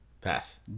Pass